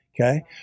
okay